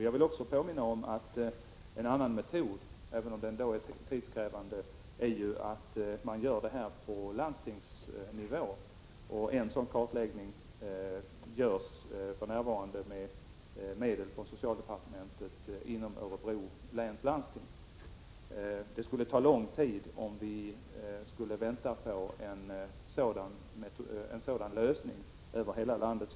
Jag vill också påminna om en ånnan metod, som visserligen är tidskrävande, nämligen att göra detta på landstingsnivå. En sådan kartläggning görs för närvarande med medel från socialdepartementet inom Örebro läns landsting. Självfallet skulle det ta mycket lång tid om vi skulle vänta på en sådan I lösning över hela landet.